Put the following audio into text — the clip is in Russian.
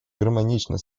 гармонично